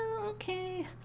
okay